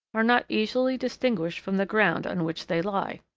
are not easily distinguished from the ground on which they lie.